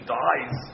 dies